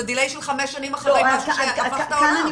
זה delay של חמש שנים אחרי משהו ששינה את העולם.